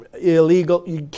illegal